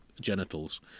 genitals